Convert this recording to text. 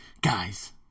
Guys